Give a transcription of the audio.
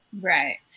right